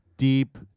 Deep